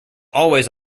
always